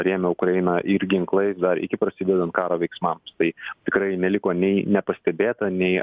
rėmė ukrainą ir ginklais dar iki prasidedant karo veiksmams tai tikrai neliko nei nepastebėta nei